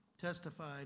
testified